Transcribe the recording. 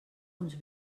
uns